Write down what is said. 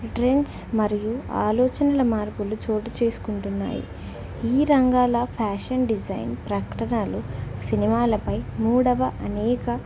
trends మరియు ఆలోచనల మార్పులు చోటు చేసుకుంటున్నాయి ఈ రంగాల ఫ్యాషన్ డిజైన్ ప్రకటనలు సినిమాలపై మూడవ అనేక